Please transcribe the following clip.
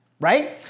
right